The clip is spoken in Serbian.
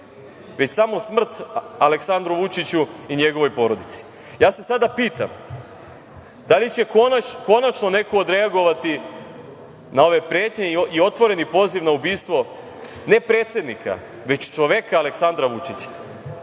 već samo smrt Aleksandru Vučiću i njegovoj porodici. Sada se ja pitam – da li će konačno neko odreagovati na ove pretnje i otvoreni poziv na ubistvo ne predsednika, već čoveka Aleksandra Vučića?